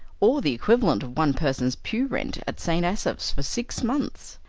or the equivalent of one person's pew rent at st. asaph's for six months.